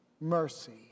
mercy